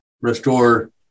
restore